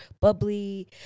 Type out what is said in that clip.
bubbly